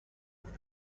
دیگه